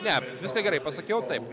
ne viską gerai pasakiau taip